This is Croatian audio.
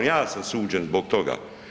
Ja sam suđen zbog toga.